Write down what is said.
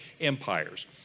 empires